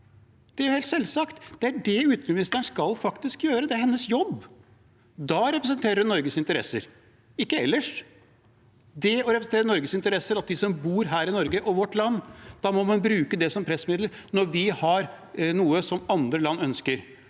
Det er helt selvsagt. Det er det utenriksministeren faktisk skal gjøre, det er hennes jobb. Da representerer hun Norges interesser, ikke ellers. Skal man representere Norges interesser – de som bor her i Norge, og vårt land – må man bruke det som pressmiddel når vi har noe andre land ønsker.